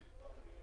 בסדר.